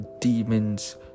Demons